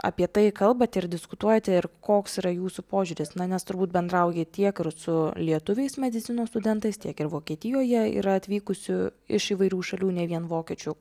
apie tai kalbate ir diskutuojate ir koks yra jūsų požiūris na nes turbūt bendraujat tiek su lietuviais medicinos studentais tiek ir vokietijoje yra atvykusių iš įvairių šalių ne vien vokiečių